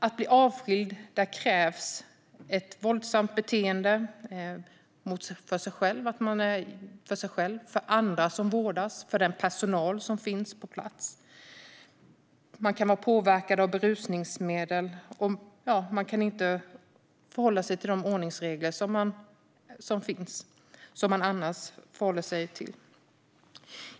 Avskiljning kräver våldsamt beteende mot personen själv, mot andra som vårdas eller mot den personal som finns på plats. Man kan vara påverkad av berusningsmedel. Man kan inte följa de ordningsregler som finns och som man annars följer.